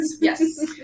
Yes